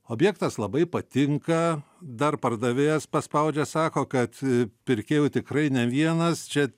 objektas labai patinka dar pardavėjas paspaudžia sako kad pirkėjų tikrai ne vienas čia